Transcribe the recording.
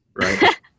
right